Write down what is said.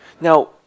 Now